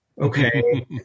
Okay